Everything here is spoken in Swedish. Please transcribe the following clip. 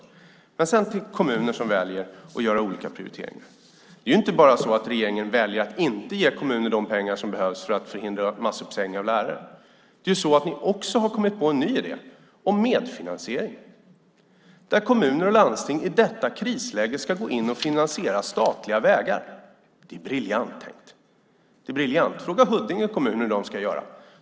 När det sedan gäller kommuner som väljer att göra olika prioriteringar är det inte bara så att regeringen väljer att inte ge kommuner de pengar som behövs för att förhindra massuppsägningar av lärare. Det är så att ni också har kommit på en ny idé om medfinansiering. Kommuner och landsting ska i detta krisläge gå in och finansiera statliga vägar. Det är briljant tänkt. Fråga Huddinge kommun hur de ska göra!